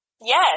Yes